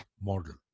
model